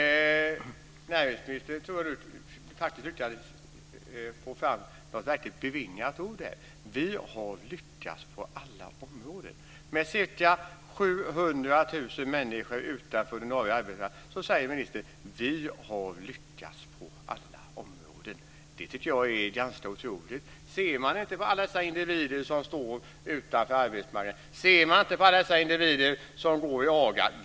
Herr talman! Näringsministern lyckades faktiskt få fram ett verkligt bevingat ord här: Vi har lyckats på alla områden! Med ca 700 000 människor utanför den ordinarie arbetsmarknaden säger ministern: "Vi har lyckats på alla områden". Det tycker jag är ganska otroligt. Ser man inte på alla dessa individer som står utanför arbetsmarknaden? Ser man inte på alla dessa individer som går i AGA?